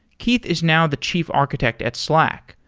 keith is now the chief architect at slack,